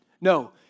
No